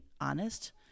honest